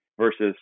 versus